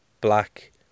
Black